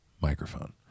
microphone